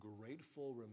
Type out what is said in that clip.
grateful